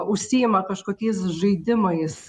užsiima kažkokiais žaidimais